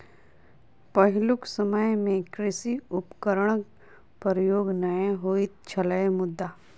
पहिलुक समय मे कृषि उपकरणक प्रयोग नै होइत छलै मुदा